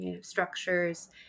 structures